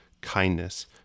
kindness